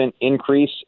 increase